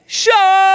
show